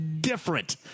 different